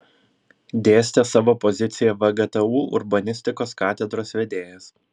dėstė savo poziciją vgtu urbanistikos katedros vedėjas